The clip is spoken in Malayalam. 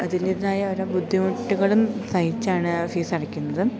അതിൻ്റേതായ ഓരോ ബുദ്ധിമുട്ടുകളും സഹിച്ചാണ് ഫീസ് അടയ്ക്കുന്നതും